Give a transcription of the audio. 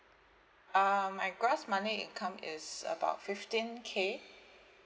uh my gross monthly income is about fifteen K